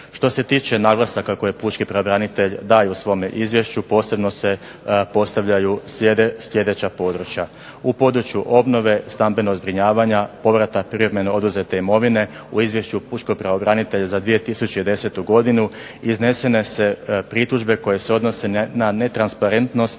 Što se tiče naglasaka koje pučki pravobranitelj daje u svome izvješću, posebno se postavljaju sljedeća područja. U području obnove, stambenog zbrinjavanja, povratak …/Govornik se ne razumije./… oduzete imovine, u izvješću pučkog pravobranitelja za 2010. godinu iznesene su pritužbe koje se odnose na netransparentnost,